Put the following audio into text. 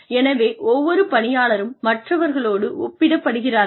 எனவே ஒவ்வொரு பணியாளரும் மற்றவர்களோடு ஒப்பிடப்படுகிறார்கள்